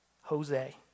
Jose